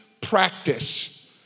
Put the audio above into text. practice